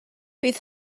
bydd